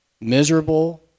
miserable